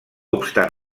obstant